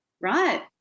right